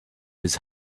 his